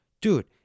Dude